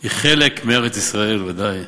היא חלק מארץ-ישראל, ודאי,